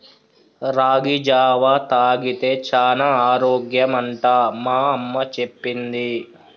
రాగి జావా తాగితే చానా ఆరోగ్యం అంట మా అమ్మ చెప్పింది